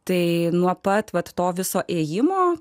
tai nuo pat to viso ėjimo